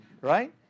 right